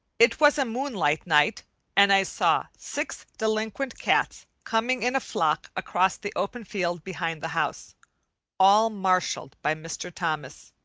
it was a moonlight night and i saw six delinquent cats coming in a flock across the open field behind the house all marshalled by mr. thomas.